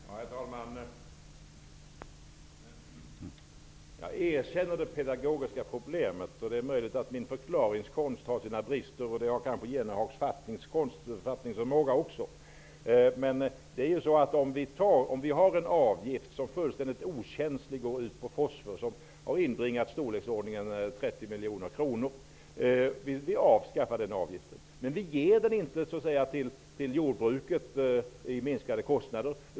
Herr talman! Jag erkänner att det är ett pedagogiskt problem. Det är möjligt att min förklaringskonst har sina brister. Kanske gäller det även Jan Jennehags fattningsförmåga. Vi avskaffar en avgift som fullständigt okänsligt tas ut på fosfor och som har inbringat i storleksordningen 30 miljoner kronor. Därmed låter vi inte jordbruket få minskade kostnader.